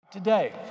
today